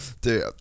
Dude